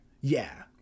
Yeah